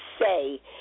say